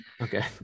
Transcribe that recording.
Okay